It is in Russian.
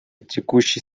текущей